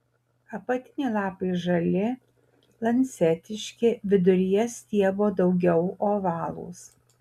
apatiniai lapai žali lancetiški viduryje stiebo daugiau ovalūs